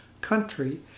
Country